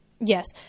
Yes